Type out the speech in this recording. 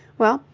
well,